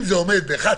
אם זה עומד ב-1,